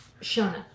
Shona